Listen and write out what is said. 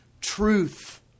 truth